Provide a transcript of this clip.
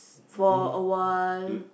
for awhile